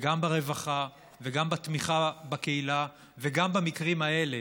וגם ברווחה וגם בתמיכה בקהילה, וגם במקרים האלה